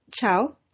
Ciao